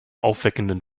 aufweckenden